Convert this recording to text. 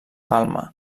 palma